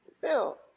Bill